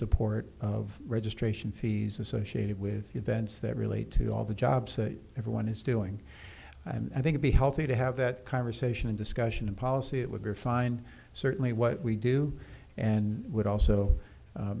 support of registration fees associated with events that relate to all the jobs that everyone is doing and i think it be healthy to have that conversation and discussion in policy it would be fine certainly what we do and would also